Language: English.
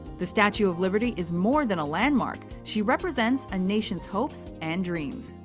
the statue of liberty is more than a landmark she represents a nation's hopes and dreams.